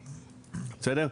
בסדר?